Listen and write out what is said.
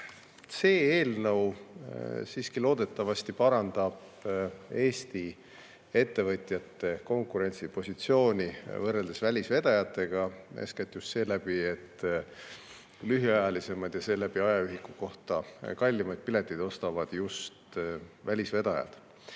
See eelnõu loodetavasti parandab Eesti ettevõtjate konkurentsipositsiooni võrreldes välisvedajatega, eeskätt just selle tõttu, et lühiajalisemaid ja seeläbi ajaühiku kohta kallimaid pileteid ostavad just välisvedajad.